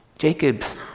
Jacob's